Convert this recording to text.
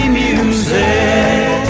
music